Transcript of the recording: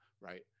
right